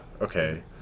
Okay